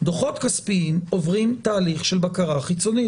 דוחות כספיים עוברים תהליך של בקרה חיצונית